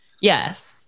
Yes